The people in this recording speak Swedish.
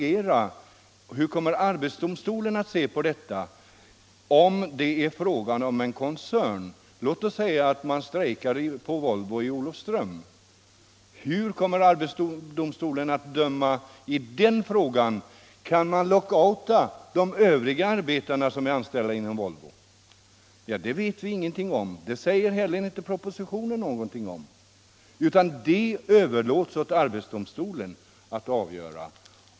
Och hur kommer arbetsdomstolen att se på detta, om det gäller en koncern? Låt oss säga att man strejkar på Volvo i Olofström. Hur kommer arbetsdomstolen att döma i den frågan? Kan man lockouta de övriga arbetarna som är anställda inom Volvo? Ja, det vet vi ingenting om. Det sägs inte någonting om detta i propositionen, utan det överlåts åt arbetsdomstolen att avgöra.